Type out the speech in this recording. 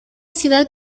ciudad